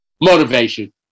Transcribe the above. Motivation